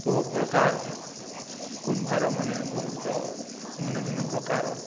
ବହୁ ପ୍ରକାର କୁମ୍ଭାର ମାନେ ବହୁତ ଭିନ୍ନ ଭିନ୍ନ ପ୍ରକାର